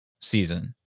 season